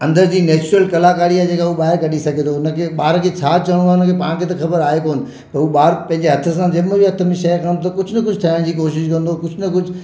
अंदरि जी नेचरल कलाकारी आहे जेके उहे ॿाहिरि कढी सघे थो हुनखे ॿार खे छा चवणो आहे हुनखे पाण खे त ख़बर आहे कोन उहो ॿार पंहिंजे हथ सां जंहिं महिल हथु में शइ खण त कुझु न कुझु ठाहिण जी कोशिशि कंदो कुझु न कुझु